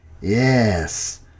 Yes